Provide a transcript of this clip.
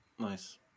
Nice